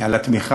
על התמיכה.